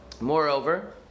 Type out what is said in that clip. Moreover